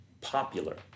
popular